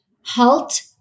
halt